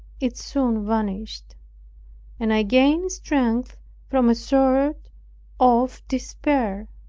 it soon vanished and i gained strength from a sort of despair.